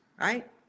Right